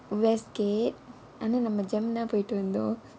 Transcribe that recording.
westgate ஆனால் நம்ம:aanaal namma JEM தான் போயிட்டு வந்தோம்:thaan poyittu vanthom